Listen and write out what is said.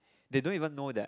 they don't even know that